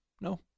No